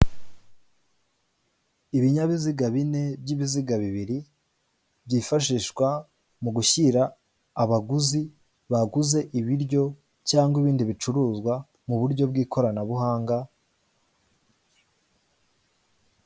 Ibinyabiziga bine by' ibiziga bibiri, byifashishwa mu gushyira abaguzi baguze ibiryo cyangwa ibindi bicuruzwa mu buryo bw'ikoranabuhanga.